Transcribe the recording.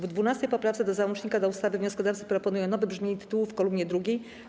W 12. poprawce do załącznika do ustawy wnioskodawcy proponują nowe brzmienie tytułu w kolumnie drugiej.